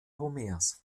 homers